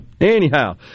Anyhow